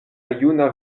juna